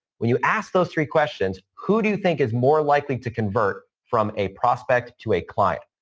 when you ask those three questions, who do you think is more likely to convert from a prospect to a client?